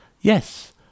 Yes